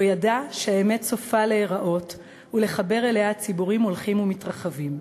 והוא ידע שהאמת סופה להיראות ולחבר אליה ציבורים הולכים ומתרחבים.